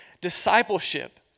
discipleship